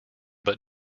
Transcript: but